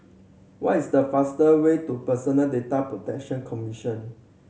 what is the fastest way to Personal Data Protection Commission